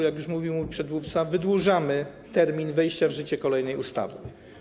Jak już mówił mój przedmówca, znów o rok wydłużamy termin wejścia w życie kolejnej ustawy.